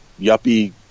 yuppie